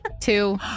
Two